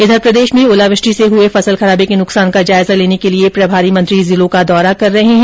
इधर प्रदेश में ओलावृष्टि से हुए फसल खराबे के नुकसान का जायजा लेने के लिए प्रभारी मंत्री जिलों का दौरा कर रहे है